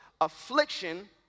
Affliction